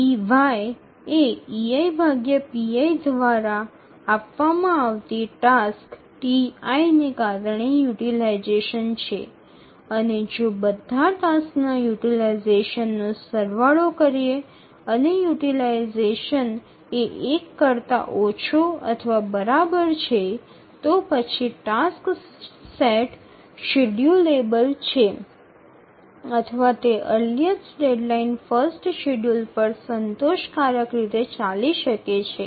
ey એ દ્વારા આપવામાં આવતી ટાસ્ક ti ને કારણે યુટીલાઈઝેશન છે અને જો બધા ટાસક્સના યુટીલાઈઝેશનનો સરવાળો કરીએ અને યુટીલાઈઝેશન ≤ 1 છે તો પછી ટાસ્ક સેટ શેડ્યૂલેએબલ છે અથવા તે અર્લીઅસ્ટ ડેડલાઇન ફર્સ્ટ શેડ્યૂલર પર સંતોષકારક રીતે ચાલી શકે છે